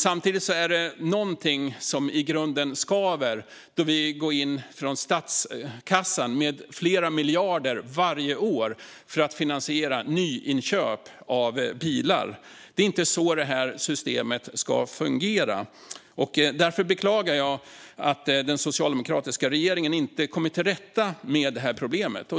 Samtidigt är det någonting som i grunden skaver då vi går in från statskassan med flera miljarder varje år för att finansiera nyinköp av bilar. Det är inte så systemet ska fungera. Därför beklagar jag att den socialdemokratiska regeringen inte kommit till rätta med problemet.